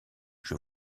haute